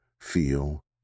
feel